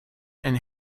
and